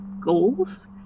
goals